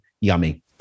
yummy